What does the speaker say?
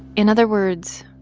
in other words,